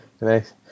Nice